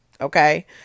Okay